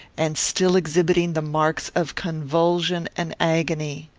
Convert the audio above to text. and still exhibiting the marks of convulsion and agony!